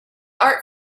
art